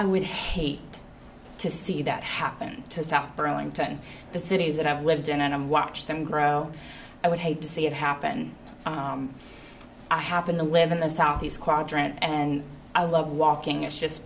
i would have to see that happen to south burlington the cities that i've lived in and watch them grow i would hate to see it happen i happen to live in the southeast quadrant and i love walking it's just